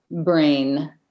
brain